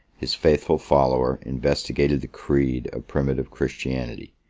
his faithful follower investigated the creed of primitive christianity